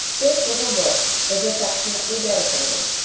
this little book is affectionately dedicated.